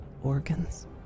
organs